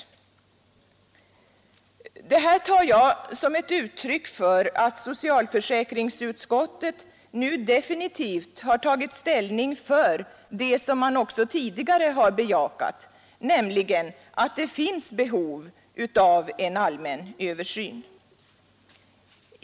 Detta betraktar jag som ett uttryck för att socialförsäkringsutskottet nu definitivt har tagit ställning för det man även tidigare bejakat, nämligen att det finns behov av en allmän översyn.